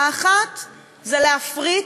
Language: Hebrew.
האחת היא להפריט,